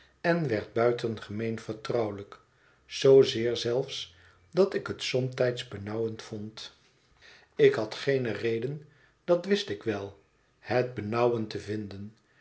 en werd buitengemeen vertrouwelijk zoozeer zelfs dat ik het somtijds benauwend vond ik had geene reden dat wist ik wel het be nauwend te vinden